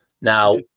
Now